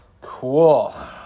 Cool